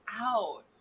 out